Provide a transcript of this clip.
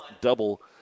double